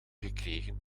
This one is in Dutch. gekregen